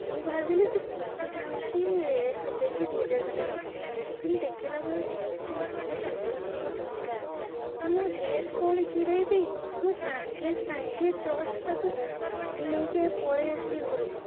ମୁଁ ଭାବିଲି ସେ କୁର୍ତ୍ତୀଟା ହେଉଛି ହଜାର କି ଦୁଇହଜାର ଖଣ୍ଡେ ନେବ କିନ୍ତୁ ଦେଖିଲାବେଳକୁ ସେ କୁର୍ତ୍ତୀ ମାତ୍ର ସାତଶହଟଙ୍କା ମୁଁ ରେଟ୍ କ'ଣ ଛିଡ଼େଇବି ମୁଁ ସାଙ୍ଗେସାଙ୍ଗେ ଜଷ୍ଟ ତାକୁ ନେଇକି ଆଗେ ପଳେଇଆସିଲି ଘରକୁ